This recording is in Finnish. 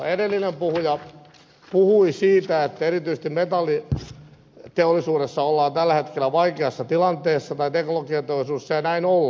edellinen puhuja puhui siitä että erityisesti metalliteollisuudessa tai teknologiateollisuudessa ollaan tällä hetkellä vaikeassa tilanteessa ja näin ollaankin